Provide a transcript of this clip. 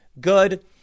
good